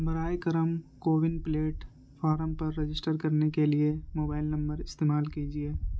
براہِ کرم کوون پلیٹفارم پر رجسٹر کرنے کے لیے موبائل نمبر استعمال کیجیے